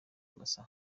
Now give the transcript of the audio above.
masa